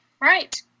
Right